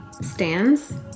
stands